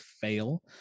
fail